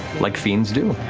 like fiends do.